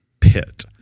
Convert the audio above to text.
pit